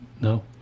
No